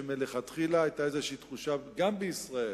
שמלכתחילה היתה איזו תחושה גם בישראל